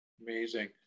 Amazing